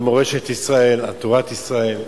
על מורשת ישראל, על תורת ישראל,